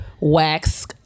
wax